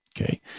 Okay